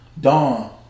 Dawn